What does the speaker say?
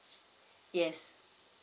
yes